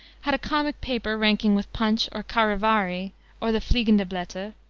had a comic paper ranking with punch or charivari or the fliegende blatter,